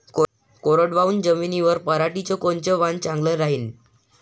कोरडवाहू जमीनीत पऱ्हाटीचं कोनतं वान चांगलं रायीन?